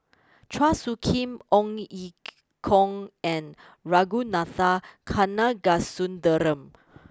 Chua Soo Khim Ong Ye Kung and Ragunathar Kanagasuntheram